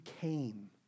came